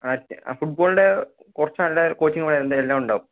ആ ഫുട്ബാളിൻ്റെ കുറച്ച് നല്ല കോച്ചിംഗുകാണ് എന്റെ എല്ലാം ഉണ്ടാകും